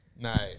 Nice